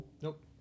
Nope